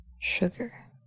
sugar